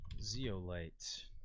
Zeolite